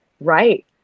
right